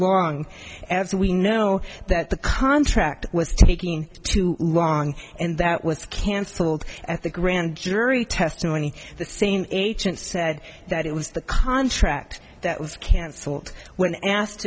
long as we know that the contract was taking too long and that was cancelled at the grand jury testimony the same agent said that it was the contract that was cancelled when asked